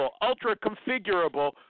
ultra-configurable